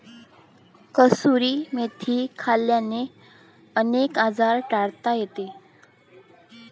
कसुरी मेथी खाल्ल्याने अनेक आजार टाळता येतात